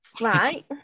right